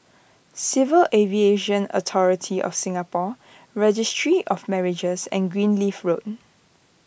Civil Aviation Authority of Singapore Registry of Marriages and Greenleaf Road